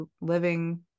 living